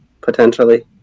potentially